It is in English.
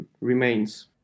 remains